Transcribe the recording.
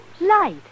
Light